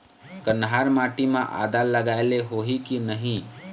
कन्हार माटी म आदा लगाए ले होही की नहीं?